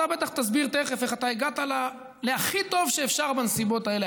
אתה בטח תסביר תכף איך הגעת להכי טוב שאפשר בנסיבות האלה,